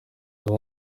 kuri